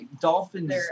dolphins